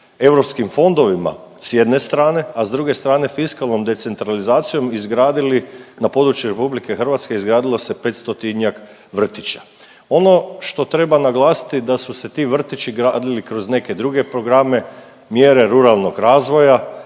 europskim fondovima s jedne strane, a s druge strane fiskalnom decentralizacijom izgradili, na području RH izgradilo se 500-tinjak vrtića. Ono što treba naglasiti da su se ti vrtići gradili kroz neke druge programe, mjere ruralnog razvoja,